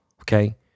okay